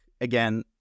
again